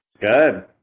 good